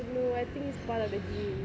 I don't know I think it's part of the genes